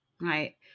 right